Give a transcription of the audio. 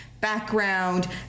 background